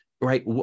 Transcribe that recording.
right